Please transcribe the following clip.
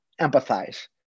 empathize